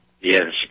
yes